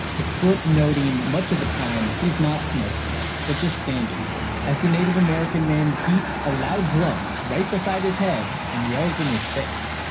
it's worth noting that much of the time he's not smiriking, but just standing there, as the native american man beats a loud drum right beside his head and yells in his face.